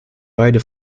beide